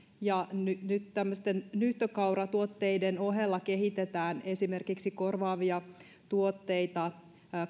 ja nyt nyt tämmöisten nyhtökauratuotteiden ohella kehitetään esimerkiksi korvaavia tuotteita